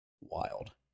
Wild